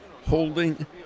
holding